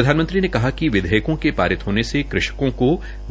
प्रधानमंत्री ने कहा कि विधेयकों के पारित होने से कृषकों को